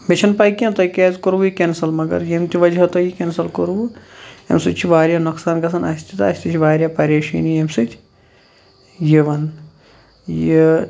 مےٚ چھَنہٕ پاے کینٛہہ تۄہہِ کیازِ کوٚروٗ یہِ کیٚنٛسل مَگَر ییٚمہِ تہِ وَجہ تۄہہِ یہِ کیٚنسل کوٚروٕ امہِ سۭتۍ چھُ واریاہ نۄقصان گَژھان اَسہِ تہِ تہٕ اَسہِ تہِ چھِ واریاہ پَریشٲنی امہِ سۭتۍ یِوان یہِ